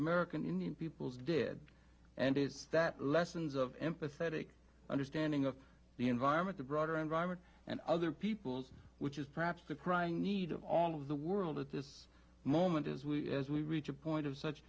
american indian peoples did and it's that lessons of empathetic understanding of the environment the broader environment and other peoples which is perhaps a crying need of all of the world at this moment as we as we reach a point of such